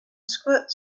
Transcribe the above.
squirt